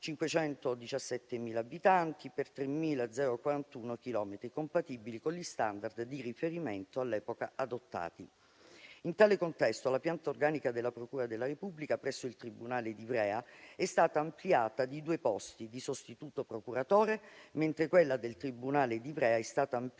(517.000 abitanti per 3.041 chilometri) compatibili con gli *standard* di riferimento all'epoca adottati. In tale contesto, la pianta organica della procura della Repubblica presso il tribunale di Ivrea è stata ampliata di due posti di sostituto procuratore, mentre quella del tribunale di Ivrea è stata ampliata